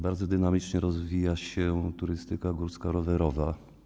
Bardzo dynamicznie rozwija się turystyka górska rowerowa.